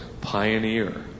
pioneer